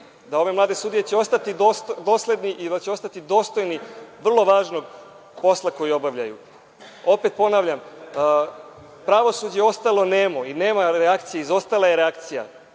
da ove mlade sudije će ostati dosledni i dostojni vrlo važnog posla koji obavljaju. Opet ponavljam, pravosuđe je ostalo nemo i nema reakcije. Izostala je reakcija